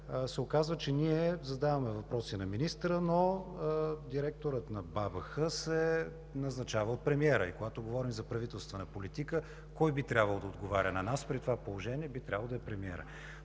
се оказва, че ние задаваме въпроси на министъра, но директорът на БАБХ се назначава от премиера. И когато говорим за правителствена политика – кой би трябвало да отговаря на нас? При това положение би трябвало да е премиерът,